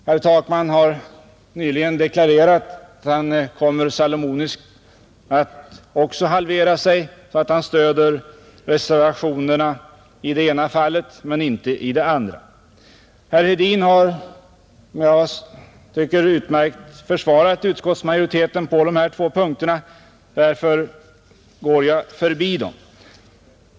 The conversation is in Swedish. Herr Takman har nyss deklarerat att han salomoniskt också kommer att halvera sig så att han stöder reservationerna i det ena fallet men inte i det andra, Herr Hedin har som jag tycker utmärkt försvarat utskottsmajoriteten på dessa två punkter och därför går jag förbi dem.